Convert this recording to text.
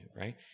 Right